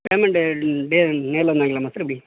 payment நேரில் வந்து வாங்கிக்கலாமா சார் எப்படி